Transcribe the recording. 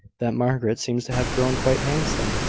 that margaret seems to have grown quite handsome,